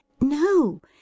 No